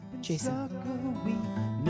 Jason